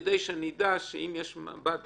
כדי שהיא תדע שאם יש מב"ד